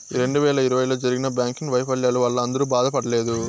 రెండు వేల ఇరవైలో జరిగిన బ్యాంకింగ్ వైఫల్యాల వల్ల అందరూ బాధపడలేదు